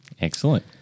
Excellent